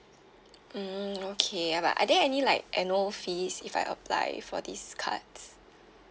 mm okay uh but are there any like annual fees if I apply for these cards